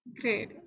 great